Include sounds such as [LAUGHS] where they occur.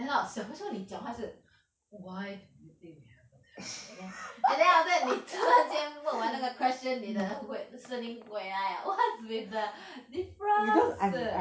很好笑为什么你讲话是 why do you think you have a tattoo and then and then after that 你突然间问我那个 question 你的会声音回来 liao [LAUGHS] what's with the difference